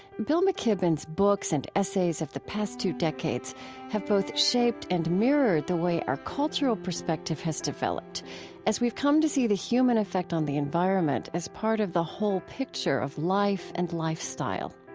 bill mckibben's books and essays of the past two decades have both shaped and mirrored the way our cultural perspective has developed as we've come to see the human affect on the environment as part of the whole picture of life and lifestyle.